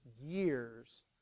years